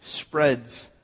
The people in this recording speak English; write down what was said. spreads